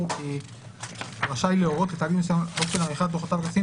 כי רשאי להורות לתאגיד מסוים על אופן עריכת דוחותיו הכספיים,